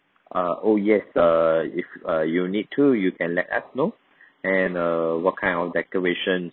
err oh yes err if err you need to you can let us know and err what kind of decoration